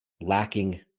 lacking